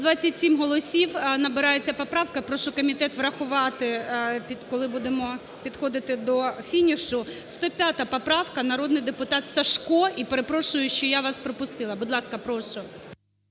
127 голосів набирає ця поправка. Прошу комітет врахувати, коли будемо підходити до фінішу. 105 поправка, народний депутат Сажко. І перепрошую, що я вас пропустила. Будь ласка, прошу.